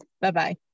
Bye-bye